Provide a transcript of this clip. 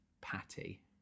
Patty